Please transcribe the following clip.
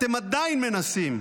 אתם עדיין מנסים: